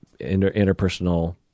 interpersonal